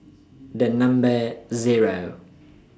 The Number Zero